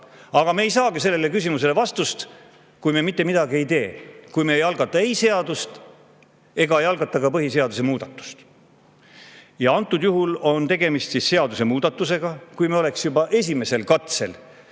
Aga me ei saagi sellele küsimusele vastust, kui me mitte midagi ei tee, kui me ei algata ei seadust ega algata ka põhiseaduse muudatust. Antud juhul on tegemist seadusemuudatusega. Kui me oleksime juba esimesel katsel